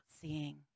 seeing